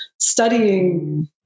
studying